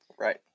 Right